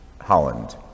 Holland